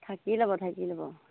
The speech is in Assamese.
থাকি ল'ব থাকি ল'ব